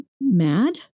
mad